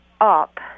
up